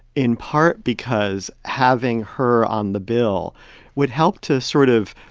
in part because having her on the bill would help to sort of,